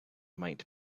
might